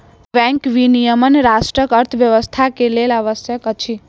bank विनियमन राष्ट्रक अर्थव्यवस्था के लेल आवश्यक अछि